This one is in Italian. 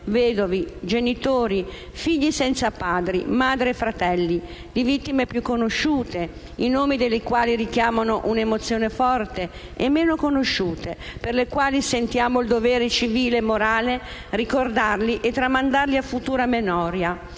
vedovi, genitori, figli senza padri, madri e fratelli, di vittime più conosciute, i nomi delle quali richiamano un'emozione forte, e meno conosciute, per le quali sentiamo il dovere civile e morale di ricordarli e tramandarli a futura memoria,